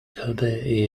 kirby